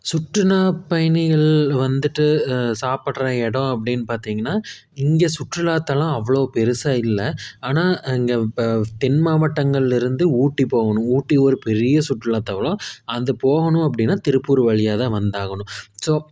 சுற்றுலா பயணிகள் வந்துட்டு சாப்பிட்ற இடோம் அப்படின்னு பார்த்திங்கன்னா இங்கே சுற்றுலாத்தலம் அவ்வளோ பெரிசா இல்லை ஆனால் இங்கே இப்போ தென் மாவட்டங்கள்லிருந்து ஊட்டி போகணும் ஊட்டி ஒரு பெரிய சுற்றுலாத்தலம் அது போகணும் அப்படினா திருப்பூர் வழியாகதான் வந்தாகணும் ஸோ